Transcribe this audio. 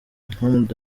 mahmoud